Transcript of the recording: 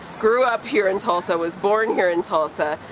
grew up here in tulsa, was born here in tulsa,